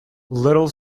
little